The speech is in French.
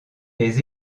les